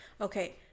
Okay